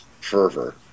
fervor